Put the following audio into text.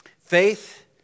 Faith